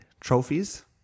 trophies